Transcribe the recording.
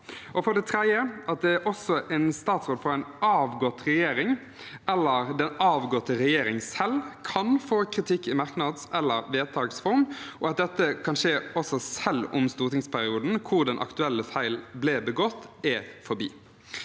en statsråd fra en avgått regjering, eller den avgåtte regjeringen selv, få kritikk i merknads- eller vedtaksform, og dette kan skje også selv om stortingsperioden hvor den aktuelle feil ble begått, er forbi.